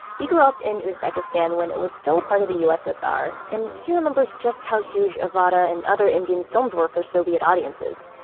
he grew up in uzbekistan when it was still a part of the ussr. and he remembers just how huge awaara ah but and other indian films were for soviet audiences.